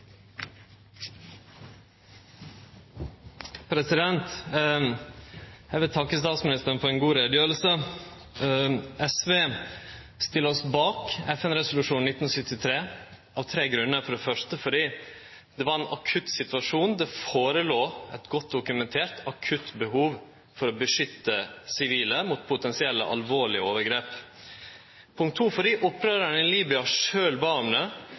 Eg vil takke statsministeren for ei god utgreiing. SV stiller seg bak FN-resolusjon 1973 av tre grunnar. For det første var det ein akutt situasjon. Det låg føre eit godt dokumentert akutt behov for å beskytte sivile mot potensielle alvorlege overgrep. For det andre: Opprørarane i Libya